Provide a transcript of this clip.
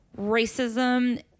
racism